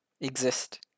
exist